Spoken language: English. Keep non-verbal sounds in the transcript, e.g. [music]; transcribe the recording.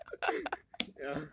[noise] ya